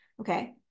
Okay